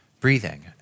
breathing